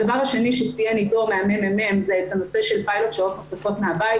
הדבר השני שציין עידו מהממ"מ זה נושא של פיילוט השעות הנוספות מהבית,